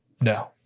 No